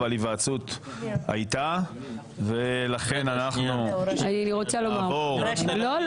אבל היוועצות הייתה ולכן אנחנו נעבור --- לא,